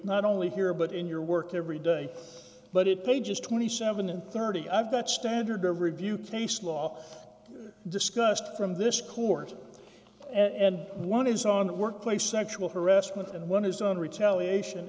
not only here but in your work every day but it pages twenty seven and thirty i've got standard to review case law discussed from this court and one is on the workplace sexual harassment and one is on retaliation